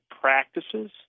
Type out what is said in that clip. practices